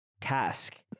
task